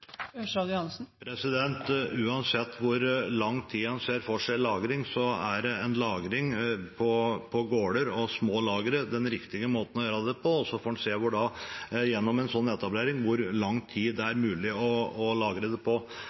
Uansett hvor lang tid med lagring en ser for seg, er lagring på gårder og små lagre den riktige måten å gjøre det. Så får en gjennom en slik etablering se hvor lang tid det er mulig å lagre det. Det er mulig å få til langtidslagring, som jeg var inne på